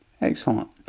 Excellent